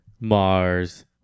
Mars